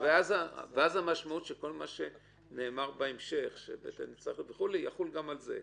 ואז המשמעות של כל מה שנאמר בהמשך תחול גם על זה